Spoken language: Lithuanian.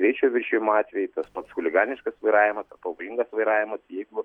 greičio viršijimo atvejai tas pats chuliganiškas vairavimas ar pavojingas vairavimas jeigu